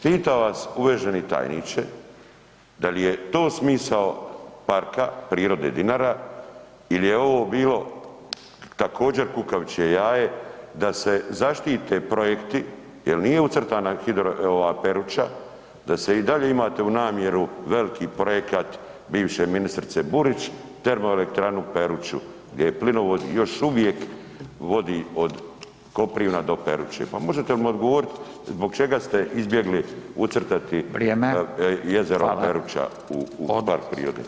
Pitam vas uvaženi tajniče, dal je to smisao Parka prirode Dinara il je ovo bilo također kukavičje jaje da se zaštite projekti jel nije ucrtana hidro ova Peruča, da se i dalje imate u namjeru veliki projekat bivše ministrice Burić termoelektranu Peruču gdje plinovod još uvijek vodi od Koprivna do Peruče, pa možete li mi odgovorit zbog čega ste izbjegli [[Upadica: Vrijeme]] ucrtati [[Upadica: Fala]] jezero Peruča u, u park prirode?